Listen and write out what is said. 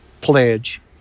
pledge